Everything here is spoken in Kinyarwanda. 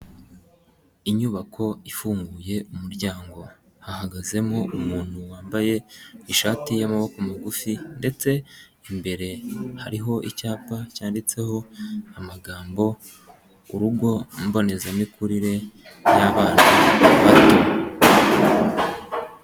Inyubako ifunguye umuryango, hahagazemo umuntu wambaye ishati y'amaboko magufi ndetse imbere hariho icyapa cyanditseho amagambo urugo mbonezamikurire y'abana bato.